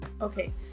Okay